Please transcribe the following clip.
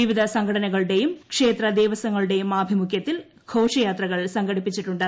വിവിധ സംഘടനകളുടെയും ക്ഷേത്രദേവസ്വങ്ങളുടെയും ആഭിമുഖ്യത്തിൽ ഘോഷയാത്രകൾ സംഘടിപ്പിച്ചിട്ടുണ്ട്